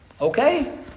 okay